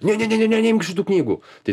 ne ne ne ne neimk šitų knygų tai